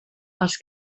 als